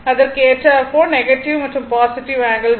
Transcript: அதற்கு ஏற்றால் போல் நெகட்டிவ் மற்றும் பாசிட்டிவ் ஆங்கிள் வரும்